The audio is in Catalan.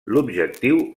l’objectiu